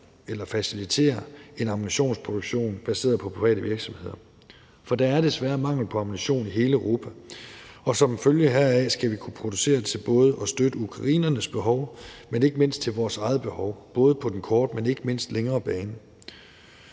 med at facilitetere en ammunitionsproduktion baseret på private virksomheder. For der er desværre mangel på ammunition i hele Europa, og som følge heraf skal vi kunne producere til både at støtte ukrainernes behov, men ikke mindst til vores eget behov, både på den korte og den længere bane.